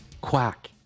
quack